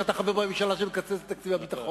ואתה חבר בממשלה שמקצצת את תקציב הביטחון.